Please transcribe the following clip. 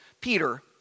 Peter